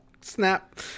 snap